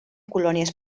colònies